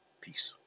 Peace